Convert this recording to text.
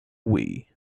wii